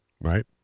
Right